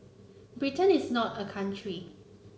Britain is not a country